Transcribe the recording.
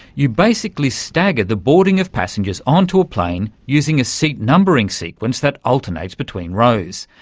you basically stagger the boarding of passengers onto a plane using a seat numbering sequence that alternates between rows,